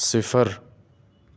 صفر